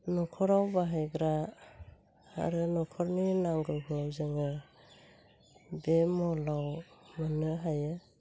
न'खराव बाहायग्रा आरो न'खरनि नांगौखौ जोङो बे मलआव मोननो हायो